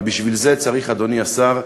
אבל בשביל זה צריך, אדוני השר,